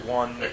one